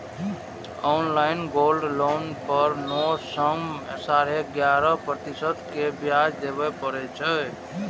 online gold loan पर नौ सं साढ़े ग्यारह प्रतिशत के ब्याज देबय पड़ै छै